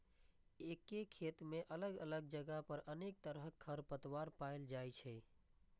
एके खेत मे अलग अलग जगह पर अनेक तरहक खरपतवार पाएल जाइ छै